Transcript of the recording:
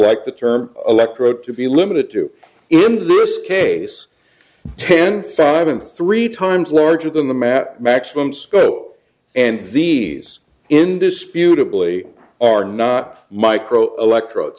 like the term electrode to be limited to in this case ten five and three times larger than the mat maximum scope and these indisputably are not micro electrodes